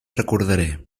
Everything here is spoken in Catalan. recordaré